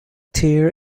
tír